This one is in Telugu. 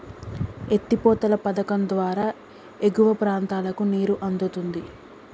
ఎత్తి పోతల పధకం ద్వారా ఎగువ ప్రాంతాలకు నీరు అందుతుంది